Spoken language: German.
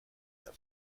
der